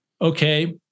Okay